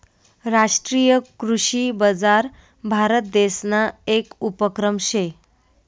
राष्ट्रीय कृषी बजार भारतदेसना येक उपक्रम शे